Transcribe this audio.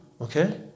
Okay